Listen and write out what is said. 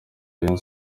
rayon